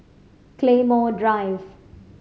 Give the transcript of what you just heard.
Claymore Drive